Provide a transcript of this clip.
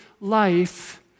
life